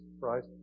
right